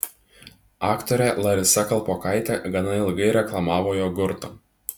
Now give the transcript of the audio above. aktorė larisa kalpokaitė gana ilgai reklamavo jogurtą